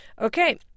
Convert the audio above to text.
Okay